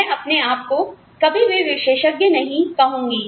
मैं अपने आप को कभी भी विशेषज्ञ नहीं कहूंगी